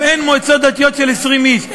גם אין מועצות דתיות של 20 איש.